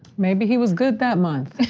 maybe he was good that month.